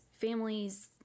families